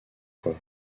fois